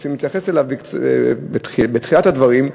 רוצים להתייחס אליו בתחילת הדברים,